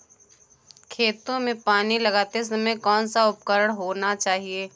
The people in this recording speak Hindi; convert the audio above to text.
खेतों में पानी लगाते समय कौन सा उपकरण होना चाहिए?